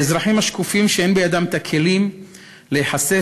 לאזרחים השקופים, שאין בידם הכלים להיחשף